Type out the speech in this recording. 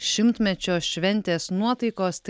šimtmečio šventės nuotaikos tai